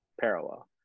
parallel